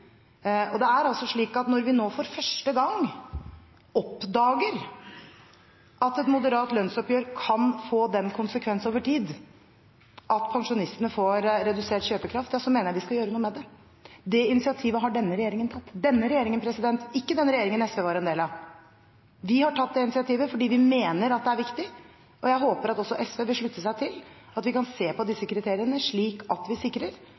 Det er altså slik at når vi nå for første gang oppdager at et moderat lønnsoppgjør kan få den konsekvens over tid at pensjonistene får redusert kjøpekraft, mener jeg vi skal gjøre noe med det. Det initiativet har denne regjeringen tatt – denne regjeringen, ikke den regjeringen SV var en del av. Vi har tatt det initiativet fordi vi mener at det er viktig, og jeg håper at også SV vil slutte seg til at vi kan se på disse kriteriene, slik at vi sikrer